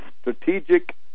strategic